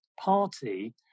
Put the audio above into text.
party